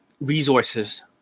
resources